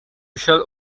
shall